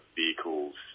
vehicles